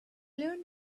learned